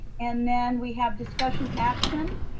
and then we have discussion action.